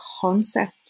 concept